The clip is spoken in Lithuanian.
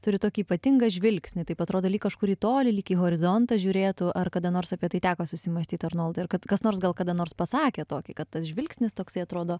turi tokį ypatingą žvilgsnį taip atrodo lyg kažkur į tolį lyg į horizontą žiūrėtų ar kada nors apie tai teko susimąstyti arnoldai ir kad kas nors gal kada nors pasakė tokį kad tas žvilgsnis toksai atrodo